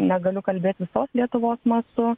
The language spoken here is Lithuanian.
negaliu kalbėt visos lietuvos mastu